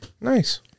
Nice